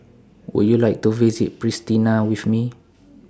Would YOU like to visit Pristina with Me